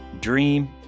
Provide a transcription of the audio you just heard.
dream